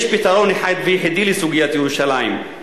יש פתרון אחד ויחידי לסוגיית ירושלים,